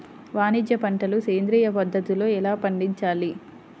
వాణిజ్య పంటలు సేంద్రియ పద్ధతిలో ఎలా పండించాలి?